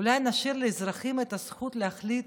אולי נשאיר לאזרחים את הזכות להחליט